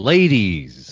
Ladies